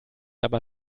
aber